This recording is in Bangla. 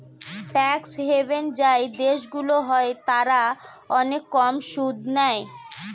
ট্যাক্স হেভেন যেই দেশগুলো হয় তারা অনেক কম সুদ নেয়